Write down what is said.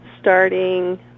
starting